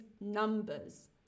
numbers